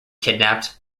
kidnapped